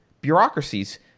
bureaucracies